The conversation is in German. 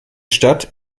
stadt